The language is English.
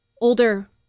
older